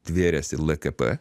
tvėrėsi lkp